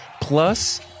plus